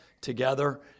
together